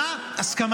למה "עזוב